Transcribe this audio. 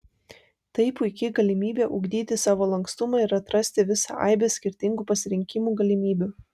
tai puiki galimybė ugdyti savo lankstumą ir atrasti visą aibę skirtingų pasirinkimų galimybių